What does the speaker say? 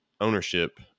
ownership